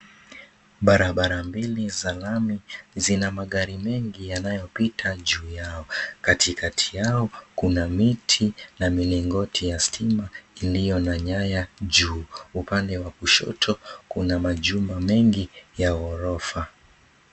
Barabara mbili za lami, zina magari mengi yanayopita juu yao. Katikati yao, kuna miti na milingoti za stima iliyo na nyaya juu. Upande wa kushoto, kuna majumba mengi ya ghorofa.